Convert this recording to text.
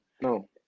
No